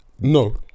No